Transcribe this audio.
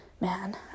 man